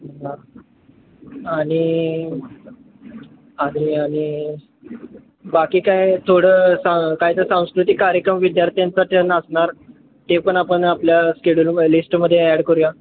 हां आणि आणि आणि बाकी काय थोडं स काही तरी सांस्कृतिक कार्यक्रम विद्यार्थ्यांचा तेन असणार ते पण आपण आपल्या स्केड्युल लिस्टमध्ये ॲड करूया